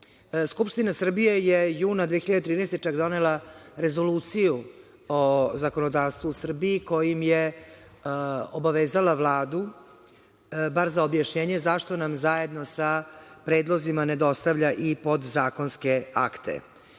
Skupština Srbije je juna 2013. godine čak donela Rezoluciju o zakonodavstvu u Srbiji kojim je obavezala Vladu bar za objašnjenje zašto nam zajedno sa predlozima ne dostavlja i podzakonske